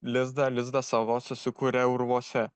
lizdą lizdą savo susikuria urvuose